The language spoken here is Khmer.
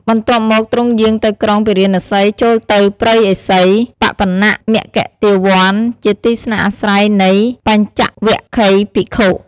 បន្ទាប់មកទ្រង់យាងទៅក្រុងពារាណសី ចូលទៅព្រៃឥសីបបនមិគទាវន្ត ជាទីស្នាក់អាស្រ័យនៃបញ្ចវគិ្គយ៍ភិក្ខុ។